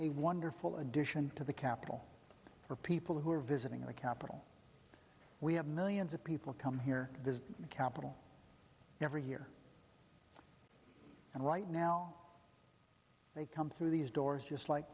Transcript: a wonderful addition to the capitol for people who are visiting the capital we have millions of people come here the capitol every year and right now they come through these doors just like